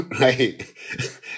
right